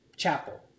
chapel